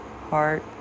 heart